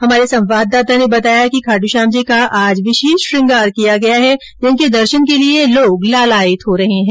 हमारे संवाददाता ने बताया कि खोट्श्यामजी का आज विशेष श्रृंगार किया गया है जिनके दर्शन के लिए लोग लालायित हो रहे है